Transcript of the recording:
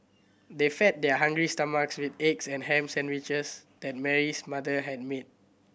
they fed their hungry stomachs with eggs and ham sandwiches that Mary's mother had made